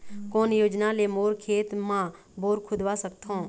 कोन योजना ले मोर खेत मा बोर खुदवा सकथों?